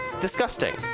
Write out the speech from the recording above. disgusting